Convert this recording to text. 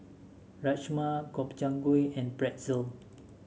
Rajma Gobchang Gui and Pretzel